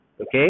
okay